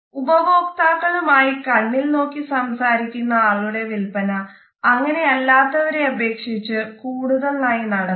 ഉപഭോക്താക്കളുമായി കണ്ണിൽ നോക്കി സംസാരിക്കുന്ന ആളുടെ വിൽപന അങ്ങനെ അല്ലാത്തവരെ അപേക്ഷിച്ച് കൂടുതലായി നടക്കുന്നു